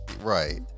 right